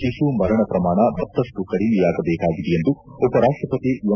ಶಿಶು ಮರಣ ಪ್ರಮಾಣ ಮತ್ತಷ್ಟು ಕಡಿಮೆಯಾಗಬೇಕಾಗಿದೆ ಎಂದು ಉಪರಾಷ್ಟಪತಿ ಎಂ